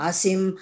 Asim